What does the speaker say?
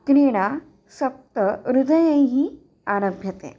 क्रीडा सप्त हृदयैः आरभ्यते